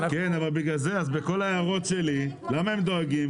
כן אבל בגלל זה אז בכל ההערות שלי, למה הם דואגים?